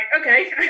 okay